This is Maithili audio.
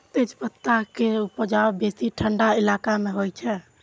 तेजपत्ता के उपजा बेसी ठंढा इलाका मे होइ छै